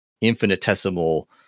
infinitesimal